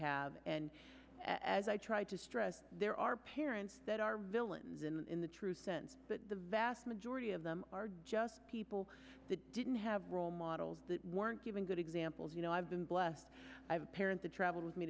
have and as i tried to stress there are parents that are villains in the true sense but the vast majority of them are just people that didn't have role models that weren't given good examples you know i've been blessed parents of travel with me